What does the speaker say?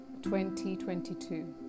2022